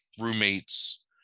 roommates